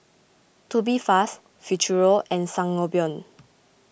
Tubifast Futuro and Sangobion